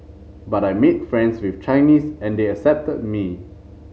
but I made friends with Chinese and they accepted me